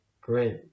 great